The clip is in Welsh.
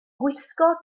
gwisgo